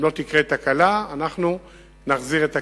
אם לא תקרה תקלה, אנחנו נחזיר את הקטגוריה.